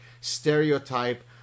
stereotype